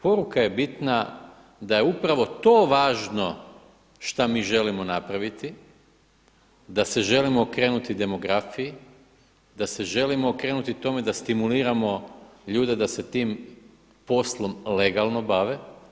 Poruka je bitna da je upravo to važno šta mi želimo napraviti, da se želimo okrenuti demografiji, da se želimo okrenuti tome da stimuliramo ljude da se sa tim poslom legalno bave.